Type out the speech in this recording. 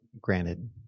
granted